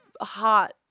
hot